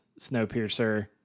Snowpiercer